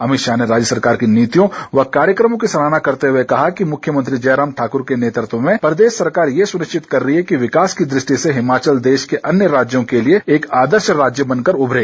अमित शाह ने राज्य सरकार की नीतियों व कार्यक्रमों की सराहना करते हुए कहा कि मुख्यमंत्री जयराम ठाकुर के नेतृत्व में प्रदेश सरकार ये सुनिश्चित कर रही है कि विकास की दृष्टि से हिमाचल देश के अन्य राज्यों के लिए एक आदर्श बनकर उभरे